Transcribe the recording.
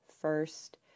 First